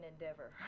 endeavor